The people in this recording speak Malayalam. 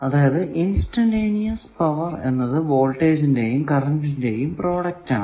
അതായതു ഇൻസ്റ്റന്റീനിയസ് പവർ എന്നത് വോൾട്ടേജിന്റെയും കറന്റിന്റെയും പ്രോഡക്റ്റ് ആണ്